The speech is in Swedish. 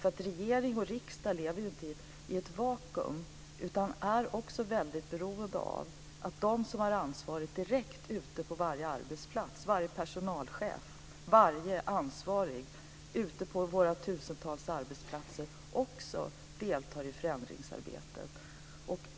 Regering och riksdag lever ju inte i ett vakuum utan är väldigt beroende av att de som har ansvaret direkt ute på varje arbetsplats - varje personalchef, varje ansvarig ute på våra tusentals arbetsplatser - också deltar i förändringsarbetet.